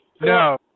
No